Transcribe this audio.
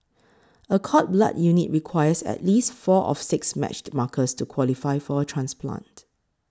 a cord blood unit requires at least four of six matched markers to qualify for a transplant